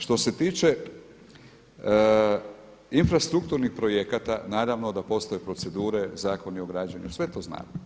Što se tiče infrastrukturnih projekata naravno da postoje procedure, zakoni o građenju, sve to znamo.